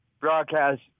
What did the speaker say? broadcast